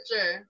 sure